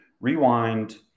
rewind